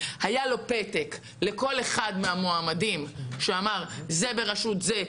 היה לו פתק לכל אחד מהמועמדים שאמר: זה בראשות זה,